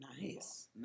nice